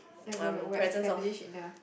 and when we're we're established enough